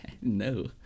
No